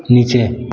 नीचे